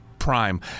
prime